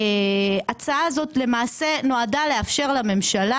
ההצעה הזאת נועדה לאפשר לממשלה